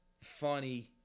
funny